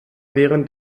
während